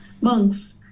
Monks